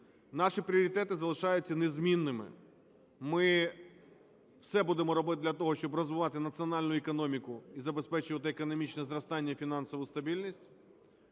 Наші пріоритети залишаються незмінними: ми все будемо робити для того, щоб розвивати національну економіку і забезпечувати економічне зростання, фінансову стабільність.